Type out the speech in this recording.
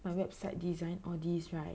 my website design all these right